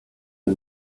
der